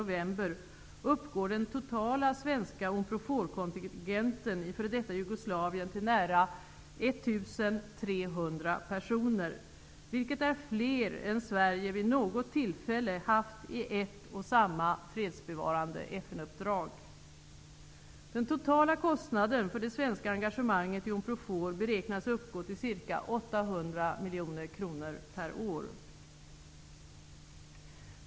Då Jugoslavien till nära 1 300 personer, vilket är fler än Sverige vid något tillfälle haft i ett och samma fredsbevarande FN-uppdrag. Den totala kostnaden för det svenska engagemanget i Unprofor beräknas uppgå till ca 800 miljoner kronor per år.